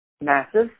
massive